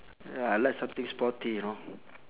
ya I like something sporty you know